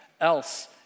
else